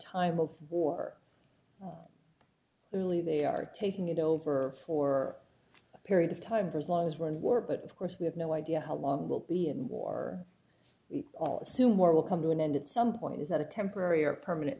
time of war clearly they are taking it over for a period of time for as long as we're in war but of course we have no idea how long we'll be in war we all assume or will come to an end at some point is that a temporary or permanent